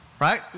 Right